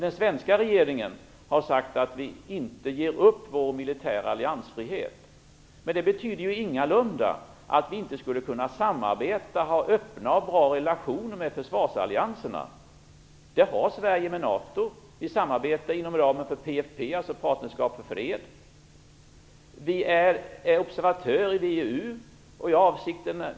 Den svenska regeringen har sagt att vi inte ger upp vår militära alliansfrihet. Men det betyder ingalunda att vi inte skulle kunna samarbeta och ha öppna och bra relationer med försvarsallianserna. Det har Sverige med NATO. Vi samarbetar inom ramen för PFF, Partnerskap för fred. Vi är observatörer i VEU.